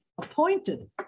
appointed